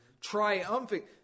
Triumphant